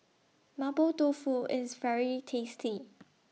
Mapo Tofu IS very tasty